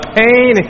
pain